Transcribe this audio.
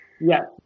Yes